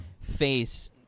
face